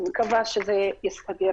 אני מקווה שהסתדר.